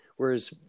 Whereas